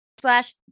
slash